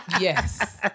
Yes